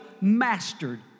mastered